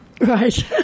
Right